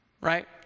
Right